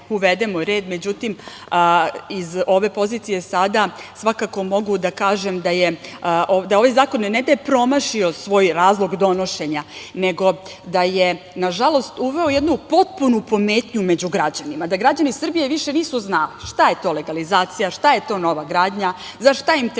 uvedemo red. Međutim, iz ove pozicije sada svakako mogu da kažem da ovaj zakon ne da je promašio svoj razlog donošenja, nego da je nažalost uveo jednu potpunu pometnju među građanima, da građani Srbije više nisu znali šta je to legalizacija, šta je to nova gradnja, za šta im treba